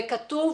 וכתוב